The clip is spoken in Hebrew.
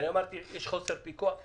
אמרתי שיש חוסר פיקוח.